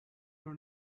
her